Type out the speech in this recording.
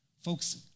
Folks